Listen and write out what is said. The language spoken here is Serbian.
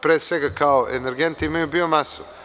pre svega kao energenti imaju bio masu.